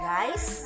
Guys